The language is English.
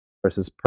versus